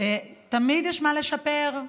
תמיד יש מה לשפר,